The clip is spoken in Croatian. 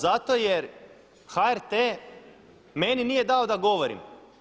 Zato jer HRT meni nije dao da govorim.